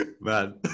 Man